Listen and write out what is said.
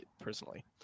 Personally